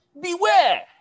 Beware